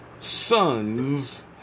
sons